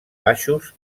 baixos